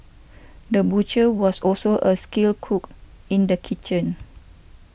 the butcher was also a skilled cook in the kitchen